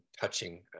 touching